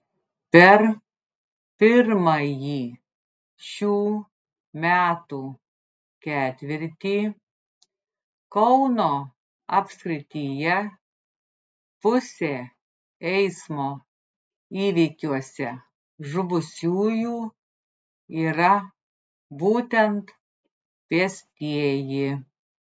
per pirmąjį šių metų ketvirtį kauno apskrityje pusė eismo įvykiuose žuvusiųjų yra būtent pėstieji